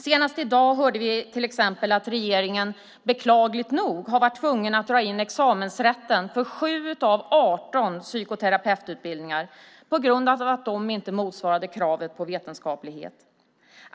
Senast i dag hörde vi till exempel att regeringen beklagligt nog har varit tvungen att dra in examensrätten för 7 av 18 psykoterapeututbildningar på grund av att de inte motsvarade kravet på vetenskaplighet.